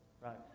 right